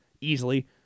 easily